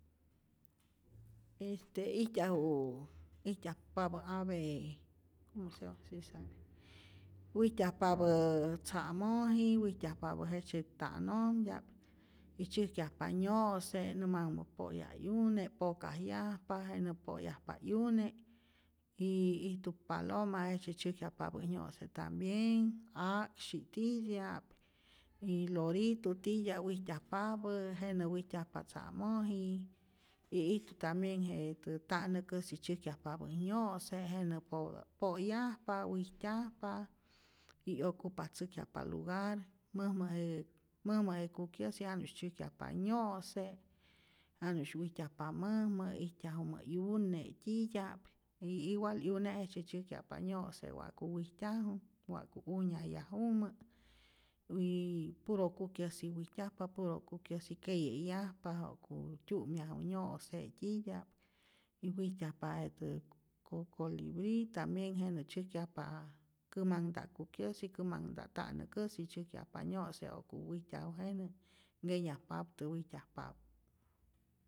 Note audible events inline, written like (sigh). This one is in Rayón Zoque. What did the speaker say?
Este ijtyaju ijtyajpapä ave (hesitation) wijtyajpapä tza'moji, wijtyajpapä jejtzye ta'nomtya'p, y tzyäjkyajpa nyo'se nä manhumä po'yaj 'yune, pokajyajpa, jenä po'yajpa 'yune y ijtu paloma jejtzye tzäjkyajpapä nyo'se' tambienh a'ksyi titya'p y loritu titya'p, wijtyajpapä jenä wijtyajpa tza'moji, y ijtu tambien jetä ta'näkusi tzyäjkyajpapä nyo'se jenä po' po'yajpa, wijtyajpa y 'yocupatzäjkyajpa lugar, mäjmä je mäjmä je kyukyasi janusy tzyäjkyajpa nyo'se', janu'sy wijtyajpa mäjmä, ijtyajumä 'yune titya'p, je igual 'yune' jejtzye tzyäjkyajpa nyo'se' wa'ku wijtyaju, wa'ku unyajyajumä y puro kukyäsi wijtyajpa, puro kukyasi keye'yajpa ja'ku tyu'myaju nyo'se' titya'p y wijtyajpa jetä co colibri, tambien jenä tzyäjkyajpa kämanhta'p kukyasi, kämanhta'p ta'näkäsi tzyäjkyajpa nyo'se' wa'ku wijtyaju jenä, nkenyajpaptä wijtyajpapä